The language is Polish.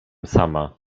sama